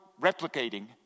replicating